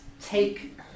take